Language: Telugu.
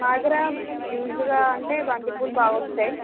మా దగ్గర హ్యూజ్ గా అంటే బంతిపూలు బాగా వస్తాయి